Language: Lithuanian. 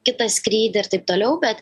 kitą skrydį ir taip toliau bet